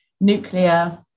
nuclear